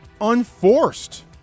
unforced